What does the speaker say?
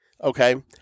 okay